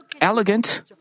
elegant